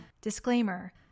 Disclaimer